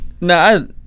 No